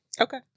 Okay